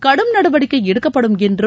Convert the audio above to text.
கடும் நடவடிக்கை எடுக்கப்படும் என்றும்